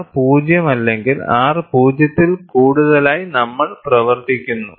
R 0 അല്ലെങ്കിൽ R 0 ത്തിൽ കൂടുതലായി നമ്മൾ പ്രവർത്തിക്കുന്നു